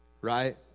right